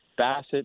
Bassett